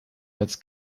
als